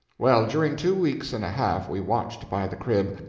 well, during two weeks and a half we watched by the crib,